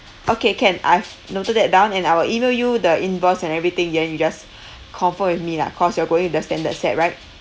okay can I've noted that down and I will email you the invoice and everything then you just confirm with me lah cause you are going with the standard set right